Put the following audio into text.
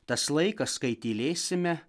tas laikas kai tylėsime